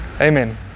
Amen